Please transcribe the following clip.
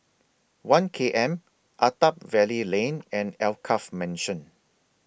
one K M Attap Valley Lane and Alkaff Mansion